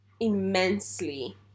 immensely